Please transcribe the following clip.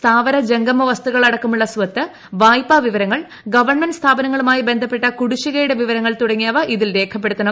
സ്ഥാവര ജംഗമവസ്തുക്കൾ അടക്കമുള്ള സ്വത്ത് വായ്പാ വിവരങ്ങൾ ഗവൺമെന്റ് സ്ഥാപനങ്ങളുമായി ബന്ധപ്പെട്ട കുടിശ്ശികയുടെ വിവരങ്ങൾ തുടങ്ങിയവ ഇതിൽ രേഖപ്പെടുത്തണം